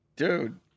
Dude